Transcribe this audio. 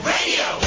Radio